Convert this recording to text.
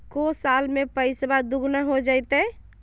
को साल में पैसबा दुगना हो जयते?